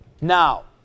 Now